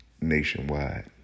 nationwide